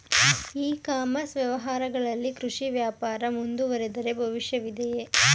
E commerce ವ್ಯವಹಾರಗಳಲ್ಲಿ ಕೃಷಿ ವ್ಯಾಪಾರ ಮುಂದುವರಿದರೆ ಭವಿಷ್ಯವಿದೆಯೇ?